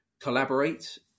collaborate